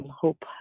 hope